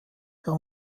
der